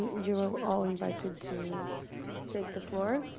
you are all invited to take the floor.